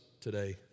today